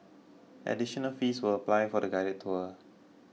additional fees will apply for the guided tours